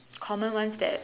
common ones that